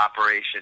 Operation